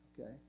okay